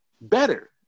better